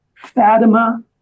Fatima